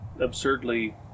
absurdly